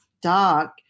dark